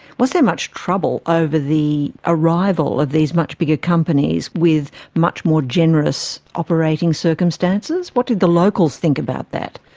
was there much trouble ah over the arrival of these much bigger companies with much more generous operating circumstances? what did the locals think about that?